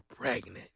pregnant